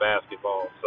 basketball